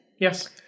Yes